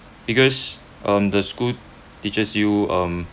because um the school teachers you um